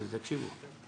תקשיבו.